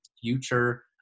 future